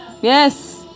Yes